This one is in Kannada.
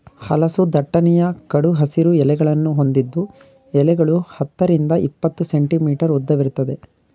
ಹಲಸು ದಟ್ಟನೆಯ ಕಡು ಹಸಿರು ಎಲೆಗಳನ್ನು ಹೊಂದಿದ್ದು ಎಲೆಗಳು ಹತ್ತರಿಂದ ಇಪ್ಪತ್ತು ಸೆಂಟಿಮೀಟರ್ ಉದ್ದವಿರ್ತದೆ